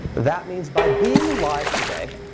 that means by being alive today,